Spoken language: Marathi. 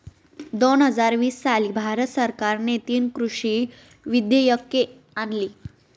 दोन हजार वीस साली भारत सरकारने तीन कृषी विधेयके आणली